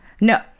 no